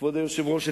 כבוד היושב-ראש,